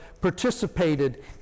participated